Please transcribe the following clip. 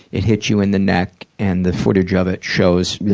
it hit you in the neck and the footage of it shows